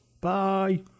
Bye